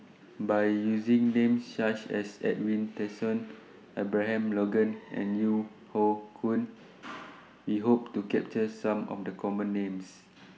By using Names such as Edwin Tessensohn Abraham Logan and Yeo Hoe Koon We Hope to capture Some of The Common Names